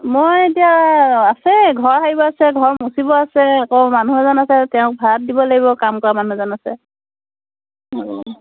মই এতিয়া আছে ঘৰ সাৰিব আছে ঘৰ মচিব আছে আকৌ মানুহ এজন আছে তেওঁক ভাত দিব লাগিব কাম কৰা মানুহ এজন আছে